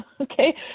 okay